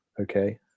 okay